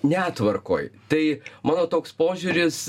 netvarkoj tai mano toks požiūris